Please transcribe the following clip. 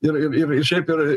ir ir ir šiaip ir